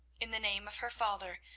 in the name of her father,